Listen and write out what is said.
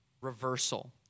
reversal